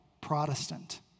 Protestant